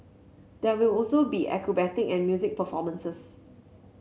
there will also be acrobatic and music performances